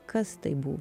kas tai buvo